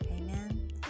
Amen